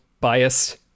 biased